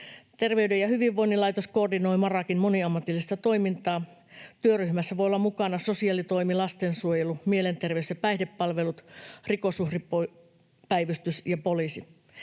Terveyden ja hyvinvoinnin laitos koordinoi MARAKin moniammatillista toimintaa. Työryhmässä voi olla mukana sosiaalitoimi, lastensuojelu, mielenterveys- ja päihdepalvelut, Rikosuhripäivystys ja poliisi.